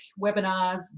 webinars